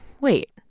wait